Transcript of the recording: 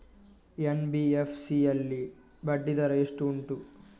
NBFC ಯಲ್ಲಿ ಬಡ್ಡಿ ದರ ಎಷ್ಟು ಉಂಟು?